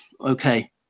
okay